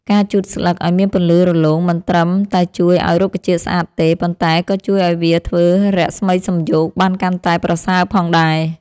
ការជូតស្លឹកឱ្យមានពន្លឺរលោងមិនត្រឹមតែជួយឱ្យរុក្ខជាតិស្អាតទេ ប៉ុន្តែក៏ជួយឱ្យវាធ្វើរស្មីសំយោគបានកាន់តែប្រសើរផងដែរ។